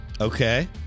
Okay